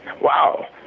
wow